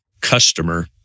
customer